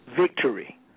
victory